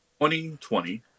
2020